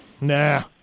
Nah